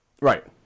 Right